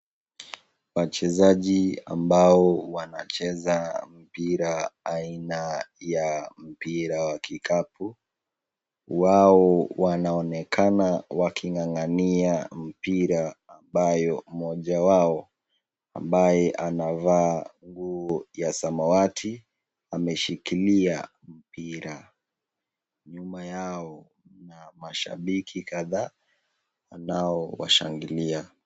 Wachezaji ambao wanacheza mpira aina ya mpira ya kikapu. Wao wanaonekana waking'ang'ania mpira ambayo mmoja wao ambaye anavaa nguo ya samawati, ameshikilia mpira. Nyuma yao kuna mashabiki kadhaa wanaowashangilia.